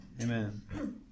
Amen